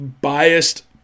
Biased